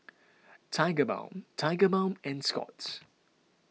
Tigerbalm Tigerbalm and Scott's